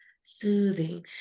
soothing